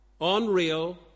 unreal